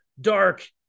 dark